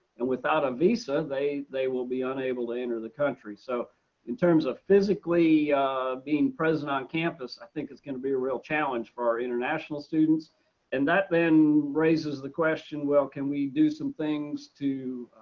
and without a visa, they they will be unable to enter the country. so in terms of physically being present on campus i think it's going to be a real challenge for our international students and that then raises the question, well can we do some things to